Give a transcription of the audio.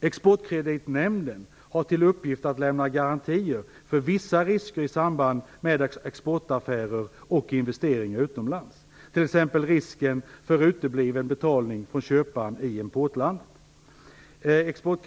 Exportkreditnämnden, EKN, har till uppgift att lämna garantier för vissa risker i samband med exportaffärer och investeringar utomlands, t.ex. risken för utebliven betalning från köparen i importlandet.